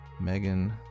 Megan